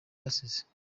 basize